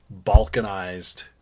balkanized